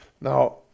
Now